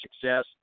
success